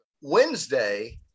Wednesday